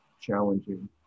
challenging